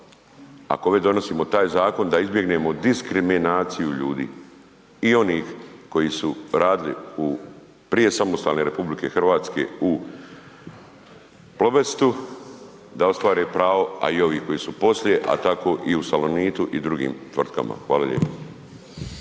ako već donosimo taj zakon, da izbjegnemo diskriminaciju ljudi. I onih koji su radili prije samostalne RH u Plobestu, da ostvare pravo a i ovi koji su poslije a tako i u Salonitu i u drugim tvrtkama, hvala lijepo.